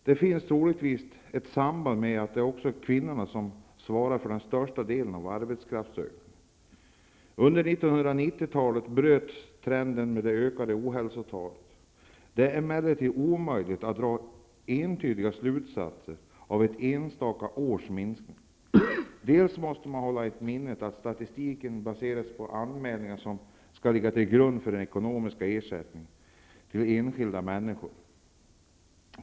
Det finns troligtvis ett samband med att det också är kvinnorna som svarar för den största delen av arbetskraftsökningen. År 1990 bröts trenden med det ökande ohälsotalet. Det är emellertid omöjligt att dra entydiga slutsatser av ett enstaka års minskning. Man måste hålla i minnet att statistiken baserar sig på anmälningar som skall ligga till grund för ekonomiska ersättningar till enskilda människor.